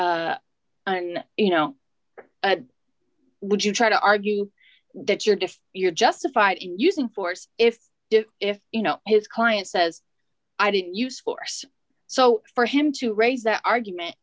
mean you know would you try to argue that you're just you're justified in using force if if you know his client says i didn't use force so for him to raise that argument